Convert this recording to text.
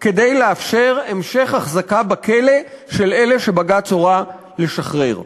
כדי לאפשר המשך החזקה בכלא של אלה שבג"ץ הורה לשחרר.